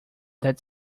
that